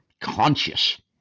conscious